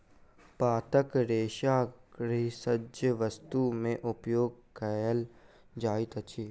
पातक रेशा गृहसज्जा वस्तु में उपयोग कयल जाइत अछि